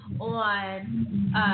on